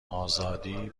آزادی